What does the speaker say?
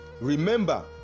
Remember